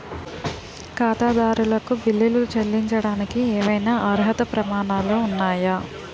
ఖాతాదారులకు బిల్లులు చెల్లించడానికి ఏవైనా అర్హత ప్రమాణాలు ఉన్నాయా?